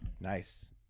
Nice